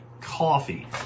coffee